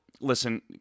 listen